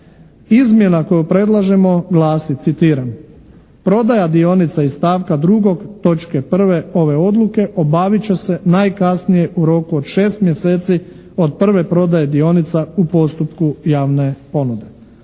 Izmjena koju predlažemo glasi, citiram: "Prodaja dionica iz stavka 2. točke 1. ove odluke obavit će se najkasnije u roku od 6 mjeseci od prve prodaje dionica u postupku javne ponude".